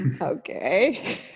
Okay